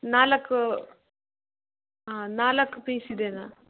ನಾಲ್ಕು ನಾಲ್ಕು ಪೀಸ್ ಇದೆನಾ